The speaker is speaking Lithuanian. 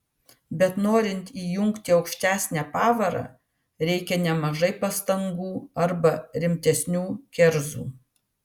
bet norint įjungti aukštesnę pavarą reikia nemažai pastangų arba rimtesnių kerzų